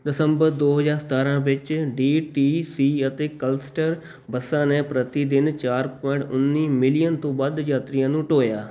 ਦਸੰਬਰ ਦੋ ਹਜ਼ਾਰ ਸਤਾਰ੍ਹਾਂ ਵਿੱਚ ਡੀ ਟੀ ਸੀ ਅਤੇ ਕਲਸਟਰ ਬੱਸਾਂ ਨੇ ਪ੍ਰਤੀ ਦਿਨ ਚਾਰ ਪੁਆਇੰਟ ਉੱਨੀ ਮਿਲੀਅਨ ਤੋਂ ਵੱਧ ਯਾਤਰੀਆਂ ਨੂੰ ਢੋਇਆ